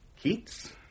Keats